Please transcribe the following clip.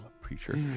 Preacher